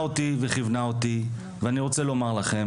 אותי וכיוונה אותי ואני רוצה לומר לכם,